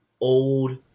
old